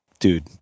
Dude